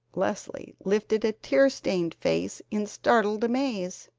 leslie lifted a tear-stained face in startled amaze.